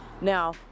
Now